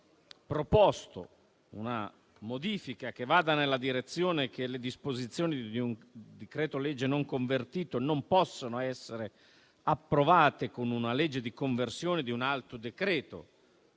abbiamo proposto una modifica che va nella direzione che le disposizioni di un decreto-legge non convertito non possano essere approvate con una legge di conversione di un altro decreto